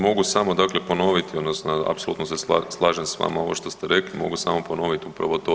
Mogu samo dakle ponoviti odnosno apsolutno se slažem s vama ovo što ste rekli, mogu samo ponoviti upravo to.